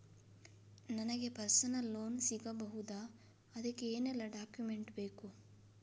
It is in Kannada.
ನನಗೆ ಪರ್ಸನಲ್ ಲೋನ್ ಸಿಗಬಹುದ ಅದಕ್ಕೆ ಏನೆಲ್ಲ ಡಾಕ್ಯುಮೆಂಟ್ ಬೇಕು?